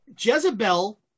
Jezebel